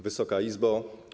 Wysoka Izbo!